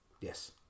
Yes